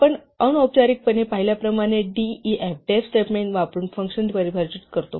आपण अनौपचारिकपणे पाहिल्याप्रमाणे def स्टेटमेंट वापरून फंक्शन्स परिभाषित करतो